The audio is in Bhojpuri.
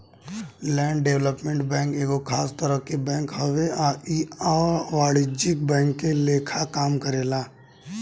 लैंड डेवलपमेंट बैंक एगो खास तरह के बैंक हवे आ इ अवाणिज्यिक बैंक के लेखा काम करेला